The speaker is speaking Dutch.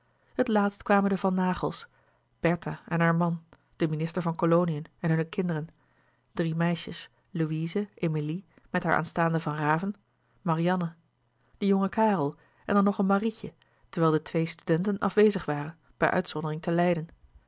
het laatst kwamen de van naghels bertha en haar man de minister van koloniën en hunne kinderen drie meisjes louise emilie met haar aanstaande van raven marianne de jonge karel en dan nog een marietje terwijl de twee studenten afwezig waren bij uitzondering te leiden